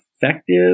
effective